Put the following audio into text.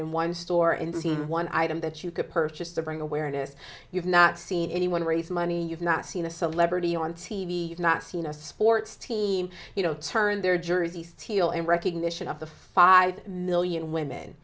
in one store and seen one item that you could purchase to bring awareness you've not seen anyone raise money you've not seen a celebrity on t v not seen a sports team you know turned their jersey steel in recognition of the five million women